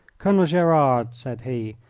colonel gerard, said he,